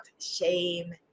shame